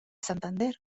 santander